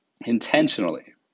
intentionally